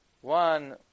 One